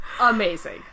amazing